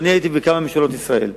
ואני הייתי בכמה ממשלות ישראל.